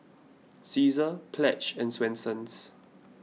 Cesar Pledge and Swensens